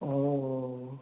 অঁ